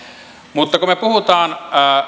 mutta kun me puhumme